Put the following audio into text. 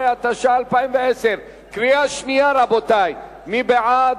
11), התש"ע 2010. מי בעד?